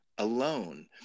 alone